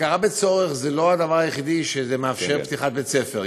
הכרה בצורך זה לא הדבר היחידי שמאפשר פתיחת בית-ספר.